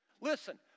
Listen